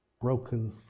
broken